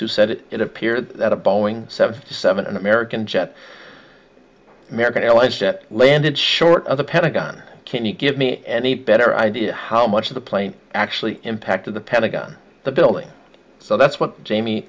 who said that it appeared that a boeing seven seven american jet american airlines jet landed short of the pentagon can you give me any better idea how much the plane actually impacted the pentagon the building so that's what jamie